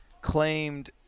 claimed